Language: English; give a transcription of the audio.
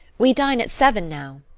we dine at seven now.